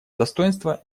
достоинства